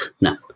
No